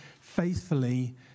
faithfully